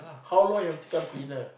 how long you have to become cleaner